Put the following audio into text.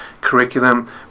curriculum